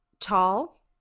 tall